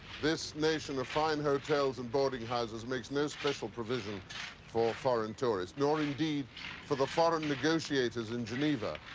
this nation of fine hotels and boarding houses makes no special provision for foreign tourists, nor indeed for the foreign negotiators in geneva,